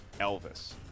Elvis